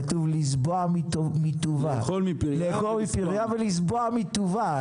כתוב: לאכול מפריה ולשבוע מטובה.